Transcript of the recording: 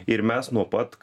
ir mes nuo pat